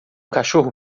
cachorro